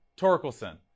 Torkelson